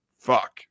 fuck